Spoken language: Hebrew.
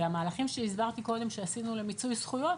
המהלכים שעשינו למיצוי זכויות,